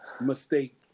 mistake